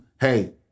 hey